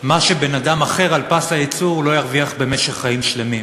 מה שבן-אדם אחר על פס הייצור לא ירוויח במשך חיים שלמים.